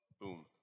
Boom